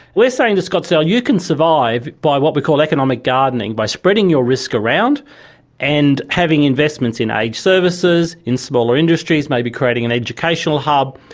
we are saying to scottsdale you can survive by what we call economic gardening, by spreading your risk around and having investments in aged services, in smaller industries, maybe creating an educational hub,